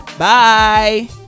Bye